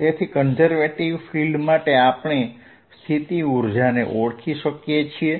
તેથી conservative field માટે આપણે સ્થિતિ ઊર્જાને ઓળખી શકીએ છીએ